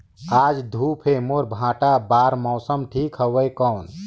आज धूप हे मोर भांटा बार मौसम ठीक हवय कौन?